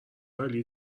عالی